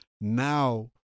now